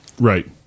right